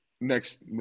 next –